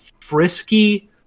frisky